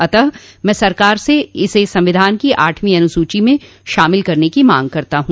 अतः मैं भारत सरकार ने इसे संविधान के आठवें अनुसूची में शामिल करने की मांग करता हू